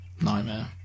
nightmare